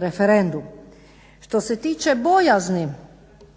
referendum. Što se tiče bojazni